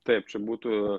taip čia būtų